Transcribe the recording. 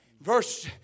Verse